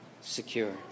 secure